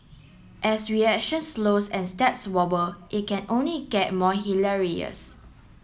as reactions slow and steps wobble it can only get more hilarious